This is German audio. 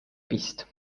bist